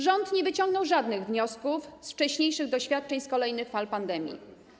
Rząd nie wyciągnął żadnych wniosków z wcześniejszych doświadczeń z poprzednich fal pandemii.